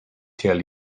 tell